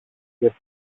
που